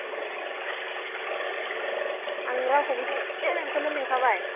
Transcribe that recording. आं रावखौबो लिंलादे नोंखोनो लिंखाबाय